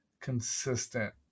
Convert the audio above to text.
consistent